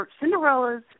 Cinderella's